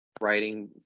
writing